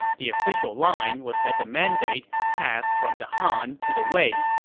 the official line was that the mandate passed from the han to the wei,